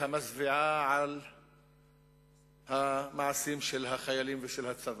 המזוויעה על המעשים של החיילים ושל הצבא.